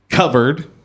Covered